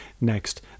Next